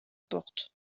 porte